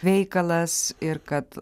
veikalas ir kad